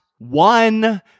One